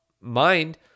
mind